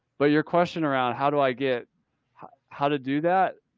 but your question around how do i get how to do that,